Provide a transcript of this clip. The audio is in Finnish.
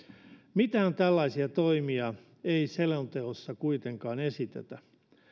mitään tällaisia toimia ei selonteossa kuitenkaan esitetä